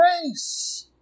grace